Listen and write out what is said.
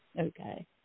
okay